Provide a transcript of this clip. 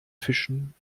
fischen